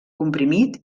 comprimit